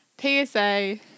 PSA